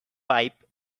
pipe